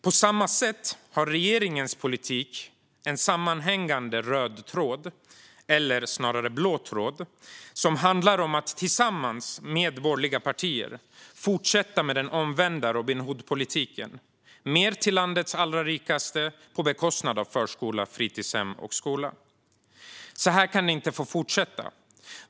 På samma sätt har regeringens politik en sammanhängande röd tråd, eller snarare en blå tråd, som handlar om att tillsammans med borgerliga partier fortsätta med den omvända Robin Hood-politiken: mer till landets allra rikaste på bekostnad av förskola, fritidshem och skola. Så här kan det inte få fortsätta.